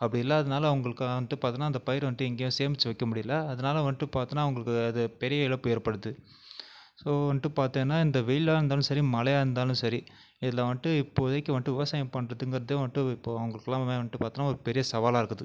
அப்படி இல்லாததுனால் அவங்களுக்குலாம் வந்துட்டு பார்த்தோம்னா அந்த பயிர் வந்துட்டு எங்கேயும் சேமித்து வைக்க முடியல அதனால வந்துட்டு பார்த்தோம்னா அவங்களுக்கு அது பெரிய இழப்பு ஏற்படுது ஸோ வந்துட்டு பார்த்தீங்கன்னா இந்த வெயிலாக இருந்தாலும் சரி மழையா இருந்தாலும் சரி இதில் வந்துட்டு இப்போதைக்கு வந்துட்டு விவசாயம் பண்ணுறதுங்கறதே வந்துட்டு இப்போது அவங்களுக்குலாமே வந்துட்டு பார்த்தோம்னா ஒரு பெரிய சவாலாக இருக்குது